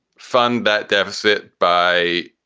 fund that deficit by.